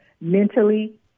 mentally